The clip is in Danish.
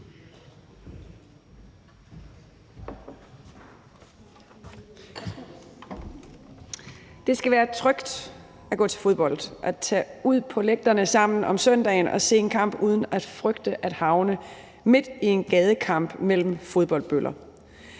Det skal være trygt at gå til fodbold og tage ud på lægterne sammen om søndagen og se en kamp uden at frygte at havne midt i en gadekamp mellem fodboldbøller.